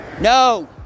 no